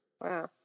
Wow